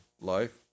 life